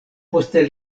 poste